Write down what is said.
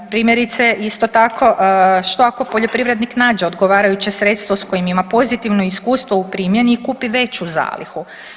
Primjerice isto tako što ako poljoprivrednik nađe odgovarajuće sredstvo s kojim ima pozitivno iskustvo u primjeni i kupi veću zalihu.